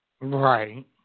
Right